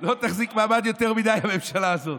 לא תחזיק מעמד יותר מדי, הממשלה הזאת.